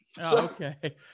okay